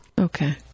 Okay